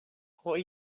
are